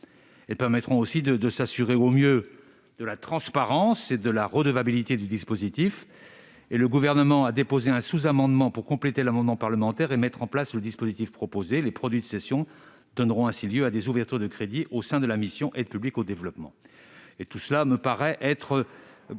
Elles permettront aussi de s'assurer au mieux de la transparence et de la redevabilité du dispositif. Le Gouvernement a, par ailleurs, sous-amendé l'amendement du rapporteur à l'Assemblée nationale pour mettre en place le dispositif proposé. Les produits de cessions donneront ainsi lieu à des ouvertures de crédits au sein de la mission « Aide publique au développement ». Tout cela me paraît cohérent